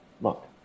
look